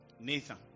Nathan